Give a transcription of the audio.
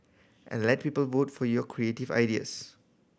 and let people vote for your creative ideas